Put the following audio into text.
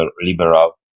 liberal